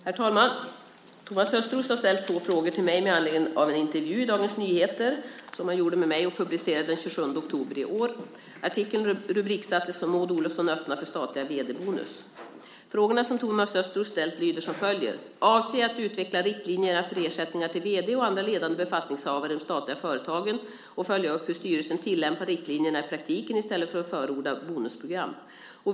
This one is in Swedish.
Herr talman! Thomas Östros har ställt två frågor till mig med anledning av en intervju Dagens Nyheter gjorde med mig och som publicerades den 27 oktober i år. Artikeln rubriksattes som "Maud Olofsson öppnar för statlig vd-bonus". Frågorna som Thomas Östros ställt lyder som följer: Avser statsrådet att utveckla riktlinjerna för ersättningar till vd och andra ledande befattningshavare i de statliga företagen och följa upp hur styrelsen tillämpar riktlinjerna i praktiken, i stället för att förorda bonusprogram?